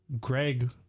Greg